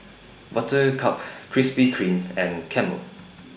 Buttercup Krispy Kreme and Camel